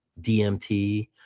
DMT